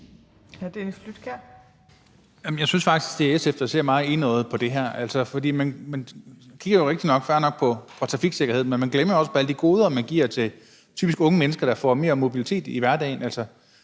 jeg synes faktisk, det er SF, der ser meget enøjet på det her. Man kigger jo – fair nok – på trafiksikkerheden, men man glemmer jo også bare alle de goder, man giver til typisk unge mennesker, der med det her får mere mobilitet i hverdagen.